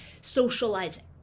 socializing